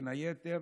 בין היתר,